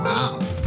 Wow